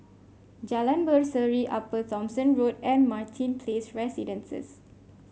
Jalan Berseri Upper Thomson Road and Martin Place Residences